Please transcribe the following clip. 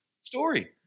story